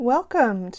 Welcome